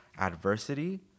adversity